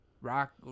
Rock